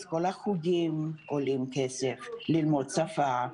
אז כל החוגים עולים כסף, ללמוד שפה.